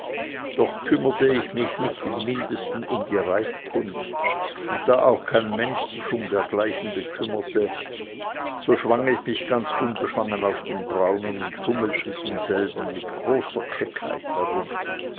doch kümmerte ich mich im mindesten nicht um die reitkunst und da auch kein mensch sich um dergleichen bekümmerte so schwang ich mich ganz unbefangen auf den braunen und tummelte denselben mit großer keckheit herum